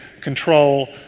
control